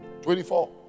24